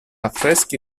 affreschi